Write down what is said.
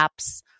apps